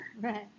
right